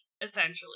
essentially